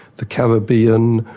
the caribbean,